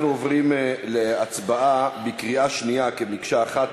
אנחנו עוברים להצבעה בקריאה שנייה כמקשה אחת,